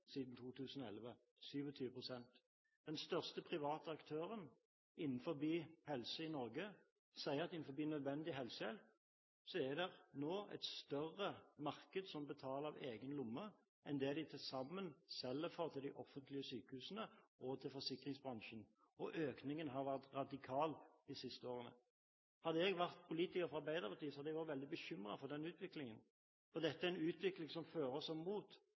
siden 2011 brukt helseforsikringen for å få nødvendig helsehjelp – 27 pst. Den største private aktøren innen helse i Norge sier at innen nødvendig helsehjelp er det nå et større marked som betaler av egen lomme enn det de til sammen selger i forhold til de offentlige sykehusene og til forsikringsbransjen, og økningen har vært radikal de siste årene. Hadde jeg vært politiker fra Arbeiderpartiet, hadde jeg vært veldig bekymret for den utviklingen, for dette er en utvikling som fører mot